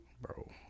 bro